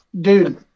dude